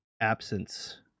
absence